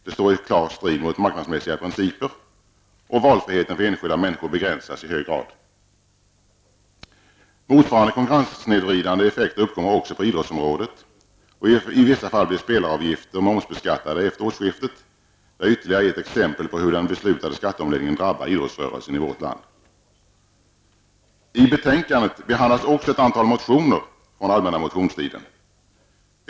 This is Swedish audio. Det står i klar strid mot marknadsmässiga principer. Valfriheten för enskilda människor begränsas i hög grad. Motsvarande konkurrenssnedvridande effekter kommer också på idrottsområdet. I vissa fall blir spelaravgifter momsbeskattade efter årsskiftet. Det är ytterligare ett exempel på hur den beslutade skatteomläggningen drabbar idrottsrörelsen i vårt land. I betänkandet behandlas också ett antal motioner från den allmänna motionstiden.